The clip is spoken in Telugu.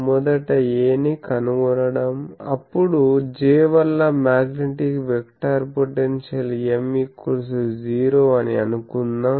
మొదట A ని కనుగొనడం అప్పుడు J వల్ల మ్యాగ్నెటిక్ వెక్టర్ పొటెన్షియల్ M0 అని అనుకుందాం